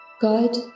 God